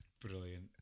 Brilliant